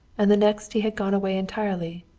and the next he had gone away entirely,